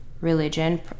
religion